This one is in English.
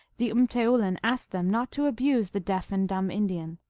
the mteoulin asked them not to abuse the deaf and dumb indian.